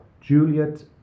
Juliet